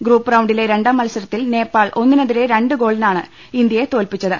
group റൌണ്ടിലെ രണ്ടാം മത്സരത്തിൽ നേപ്പാൾ ഒന്നിനെതിരെ രണ്ട് ഗോളിനാണ് ഇന്ത്യയെ തോൽപ്പി ച്ചത്